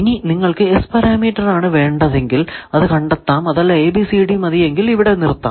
ഇനി നിങ്ങൾക്കു S parameter ആണ് വേണ്ടതെങ്കിൽ അത് കണ്ടെത്താം അതല്ല ABCD മതിയെങ്കിൽ ഇവിടെ നിർത്താം